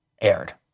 aired